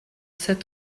sept